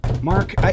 Mark